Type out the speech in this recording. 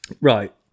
Right